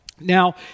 Now